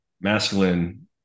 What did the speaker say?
masculine